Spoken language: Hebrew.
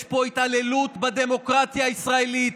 יש פה התעללות בדמוקרטיה הישראלית,